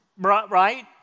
right